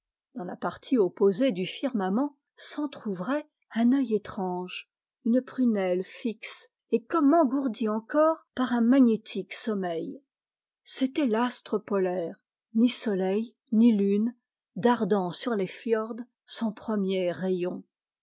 dans la partie opposée du firmament s'entr'ouvrait un œil étrange une prunelle fixe et comme engourdie encore par un magnétique sommeil c'était l'astre polaire ni soleil ni lune dardant sur les fiords son premier rayon